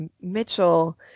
Mitchell